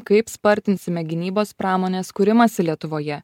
kaip spartinsime gynybos pramonės kūrimąsi lietuvoje